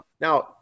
Now